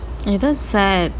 ya that's sad